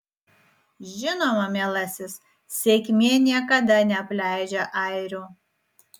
žinoma mielasis sėkmė niekada neapleidžia airių